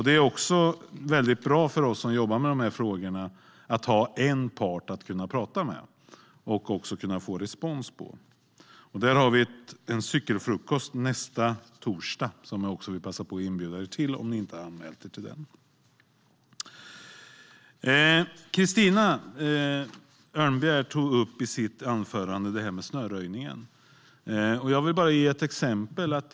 Det är väldigt bra för oss som jobbar med de här frågorna att ha en part att kunna prata med och få respons från. Vi har en cykelfrukost nästa torsdag, som jag vill passa på att bjuda in er till om ni inte har anmält er till den. Christina Örnebjär tog i sitt anförande upp snöröjningen. Jag vill bara ge ett exempel.